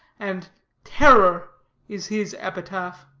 and terror is his epitaph